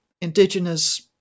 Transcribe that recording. indigenous